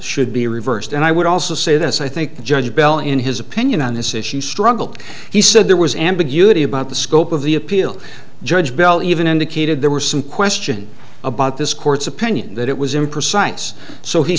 should be reversed and i would also say this i think the judge bell in his opinion on this issue struggled he said there was ambiguity about the scope of the appeal judge bell even indicated there was some question about this court's opinion that it was imprecise so he